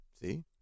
See